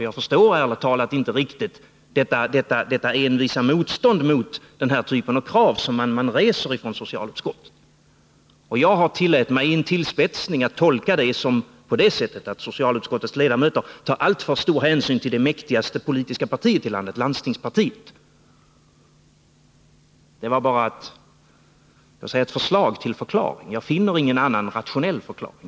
Jag förstår ärligt talat inte riktigt socialutskottets envisa motstånd när det gäller den här typen av krav. Jag tillät mig litet tillspetsat att tolka det så, att socialutskottets ledamöter tar alltför stor hänsyn till det mäktigaste politiska partiet i landet, landstingspartiet. Men det är bara ett förslag till förklaring. Jag finner nämligen ingen annan rationell förklaring.